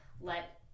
let